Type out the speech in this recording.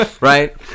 Right